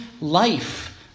life